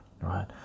right